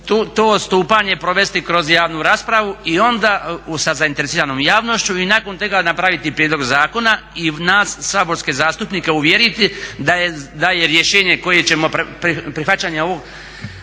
odstupanje provesti kroz javnu raspravu sa zainteresiranom javnošću i nakon toga napraviti prijedlog zakona i nas saborske zastupnike uvjeriti da je rješenje koje ćemo prihvaćanje ovog